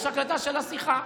יש הקלטה של השיחה.